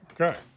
Okay